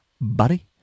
buddy